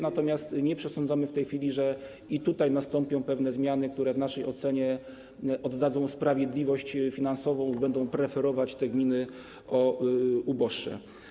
Natomiast nie przesądzamy w tej chwili, że i tutaj nastąpią pewne zmiany, które w naszej ocenie oddadzą sprawiedliwość finansową, będą preferować gminy uboższe.